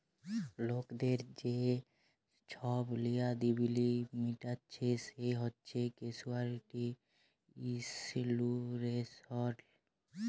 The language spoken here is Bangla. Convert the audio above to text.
লকদের যে ছব লিয়াবিলিটি মিটাইচ্ছে সেট হছে ক্যাসুয়ালটি ইলসুরেলস